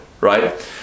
right